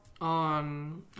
on